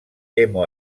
hemo